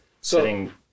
sitting